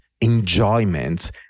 enjoyment